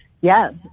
Yes